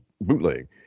bootleg